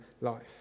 life